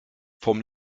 vom